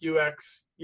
UX